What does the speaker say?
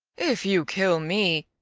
if you kill me,